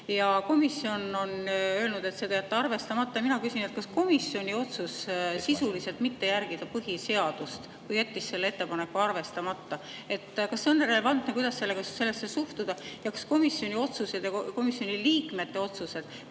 Komisjon on öelnud, et see tuleks jätta arvestamata. Mina küsin, kas komisjoni otsus sisuliselt mitte järgida põhiseadust, kui ta jättis selle ettepaneku arvestamata, on relevantne. Kuidas sellesse suhtuda? Kas komisjoni otsused ja komisjoni liikmete otsused